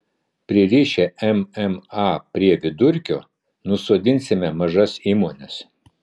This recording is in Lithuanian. pririšę mma prie vidurkio nusodinsime mažas įmones